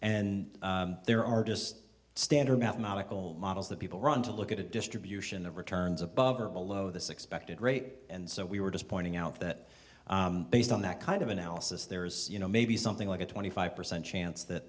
and there are just standard mathematical models that people run to look at a distribution that returns above or below this expected rate and so we were just pointing out that based on that kind of analysis there is you know maybe something like a twenty five percent chance that